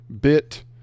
bit